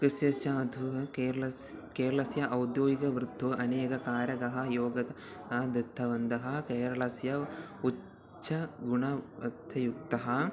कृष्य च अधू केरळस् केरळस्य औद्योगिकवृत्तेः अनेकानि कारणानि योगद दत्तवन्तः केरळस्य उच्चगुणवत्तायुक्तः